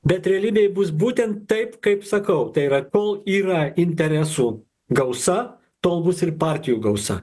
bet realybėj bus būtent taip kaip sakau tai yra kol yra interesų gausa tol bus ir partijų gausa